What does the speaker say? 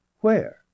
Where